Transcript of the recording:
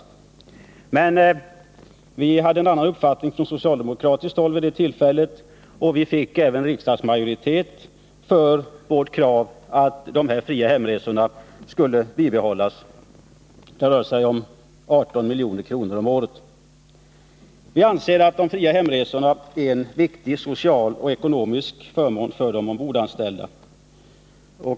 Från socialdemokratiskt håll förde vi vid det tillfället fram en annan uppfattning, och vi fick också riksdagsmajoritet för vårt krav att de fria hemresorna skulle bibehållas. Det rör sig om 18 milj.kr. om året. Vi anser att de fria hemresorna är en viktig social och ekonomisk förmån för de ombordanställda.